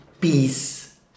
peace